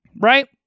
Right